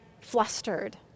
flustered